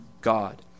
God